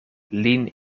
lin